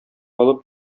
алып